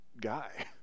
guy